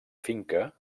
finca